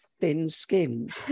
thin-skinned